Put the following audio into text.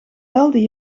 belde